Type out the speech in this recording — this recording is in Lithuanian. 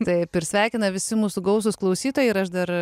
taip ir sveikina visi mūsų gausūs klausytojai ir aš dar